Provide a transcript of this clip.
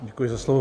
Děkuji za slovo.